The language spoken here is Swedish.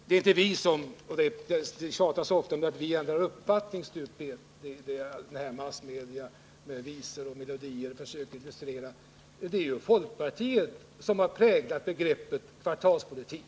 Det tjatas ofta om att socialdemokraterna ändrar uppfattning stup i ett, och man försöker illustrera detta på olika sätt — i massmedia, i visor och melodier. Men det är ju folkpartiet som har präglat begreppet ”kvartalspolitik”.